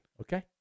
okay